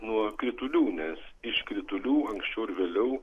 nuo kritulių nes iš kritulių anksčiau ar vėliau